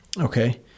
Okay